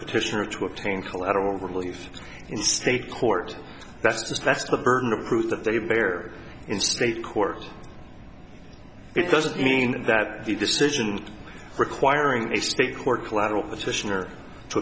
petition or to obtain collateral relief in state court that's just that's the burden of proof that they bear in state court it doesn't mean that the decision requiring a state court collateral petitioner to